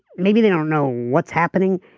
maybe they don't know what's happening,